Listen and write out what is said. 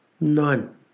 None